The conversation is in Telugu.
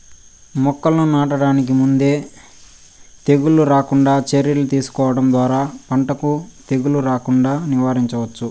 మొక్కలను నాటడానికి ముందే తెగుళ్ళు రాకుండా చర్యలు తీసుకోవడం ద్వారా పంటకు తెగులు రాకుండా నివారించవచ్చు